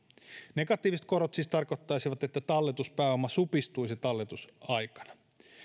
negatiiviset korot siis tarkoittaisivat että talletuspääoma supistuisi talletusaikana